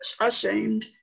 ashamed